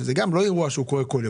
שזה גם לא אירוע שהוא קורה כל יום.